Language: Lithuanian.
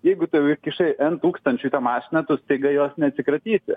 jeigu tu jau įkišai n tūkstančių į tą mašiną tu staiga jos neatsikratyti